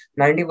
90%